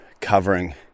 covering